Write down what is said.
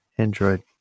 android